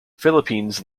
philippines